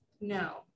No